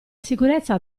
sicurezza